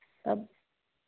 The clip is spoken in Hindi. अब